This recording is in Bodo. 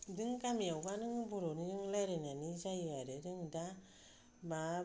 बिदिनो गामियावबा नों बर'निनो रायलायनानै जायो आरो जों दा मा